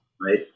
Right